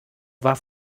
war